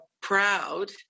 proud